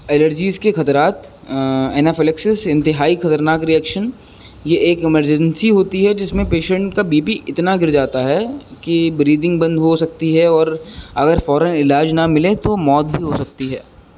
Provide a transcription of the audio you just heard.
allergies کے خطرات anaphylaxis انتہائی خطرناک ریئکشن یہ ایک ایمرجنسی ہوتی ہے جس میں پیشنٹ کا بی پی اتنا گر جاتا ہے کہ برییدنگ بند ہو سکتی ہے اور اگر فوراً علاج نہ ملے تو موت بھی ہو سکتی ہے